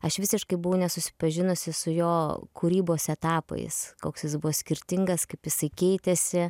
aš visiškai buvau nesusipažinusi su jo kūrybos etapais koks jis bus skirtingas kaip jisai keitėsi